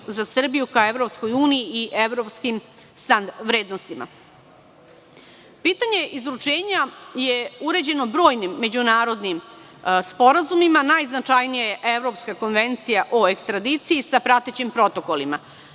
za Srbiju ka EU i evropskim vrednostima. Pitanje izručenja je uređeno brojnim međunarodnim sporazumima. Najznačajnija je Evropska konvencija o ekstradiciji sa pratećim protokolima.